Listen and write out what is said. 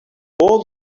all